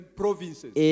provinces